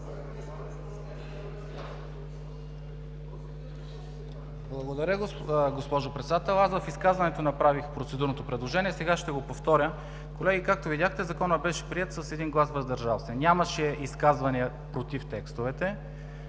Благодаря, госпожо Председател. В изказването направих процедурното предложение, сега ще го повторя. Колеги, както видяхте, Законът беше приет с един глас „въздържал се“. Нямаше изказвания против текстовете.